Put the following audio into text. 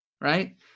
right